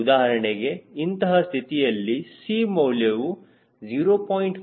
ಉದಾಹರಣೆಗೆ ಇಂತಹ ಸ್ಥಿತಿಯಲ್ಲಿ C ಮೌಲ್ಯವು 0